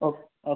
okay okay